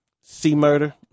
C-Murder